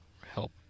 help